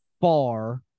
far